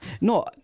No